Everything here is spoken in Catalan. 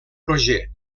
roger